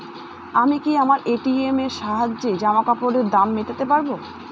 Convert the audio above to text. আমি কি আমার এ.টি.এম এর সাহায্যে জামাকাপরের দাম মেটাতে পারব?